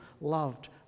loved